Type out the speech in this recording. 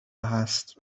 هست